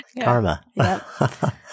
Karma